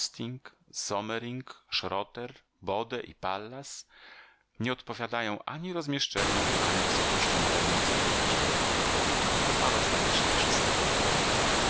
mosting sommering schroter bode i pallas nie odpowiadają ani rozmieszczeniem ani wysokością temu co tu widzimy ale ostatecznie wszystko jedno